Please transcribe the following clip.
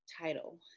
title